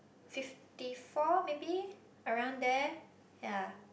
fifty four maybe around there ya